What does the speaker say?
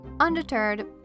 Undeterred